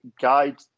guide